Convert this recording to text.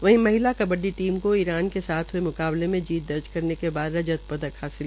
वहीं महिला कबड्डी टीम को ईरान के साथ हये म्काबले में जीत दर्ज करने के बाद रजत पदक मिला